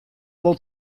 wol